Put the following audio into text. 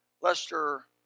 Lester